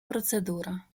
процедура